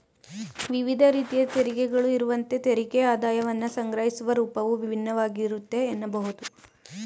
ವಿವಿಧ ರೀತಿಯ ತೆರಿಗೆಗಳು ಇರುವಂತೆ ತೆರಿಗೆ ಆದಾಯವನ್ನ ಸಂಗ್ರಹಿಸುವ ರೂಪವು ಭಿನ್ನವಾಗಿರುತ್ತೆ ಎನ್ನಬಹುದು